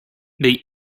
they